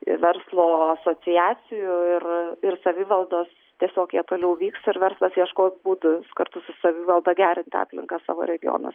ir verslo asociacijų ir ir savivaldos tiesiog jie toliau vyks ir verslas ieškos būdų kartu su savivalda gerinti aplinką savo regionuose